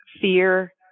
fear